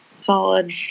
solid